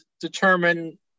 determine